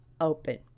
open